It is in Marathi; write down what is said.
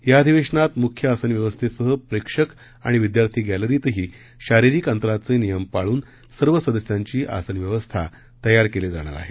या अधिवेशनात मुख्य आसन व्यवस्थेसह प्रेक्षक आणि विद्यार्थी गॅलरीतही शारीरिक अंतराचे नियम पाळून सर्व सदस्यांची आसन व्यवस्था तयार केली जाणार आहे